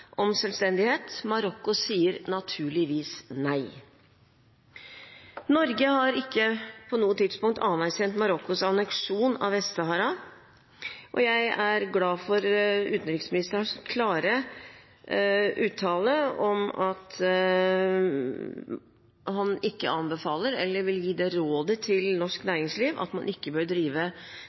om selvstendighet. Marokko sier naturligvis nei. Norge har ikke på noe tidspunkt anerkjent Marokkos anneksjon av Vest-Sahara. Jeg er glad for utenriksministerens klare utsagn om at han vil gi det råd til norsk næringsliv at man ikke bør drive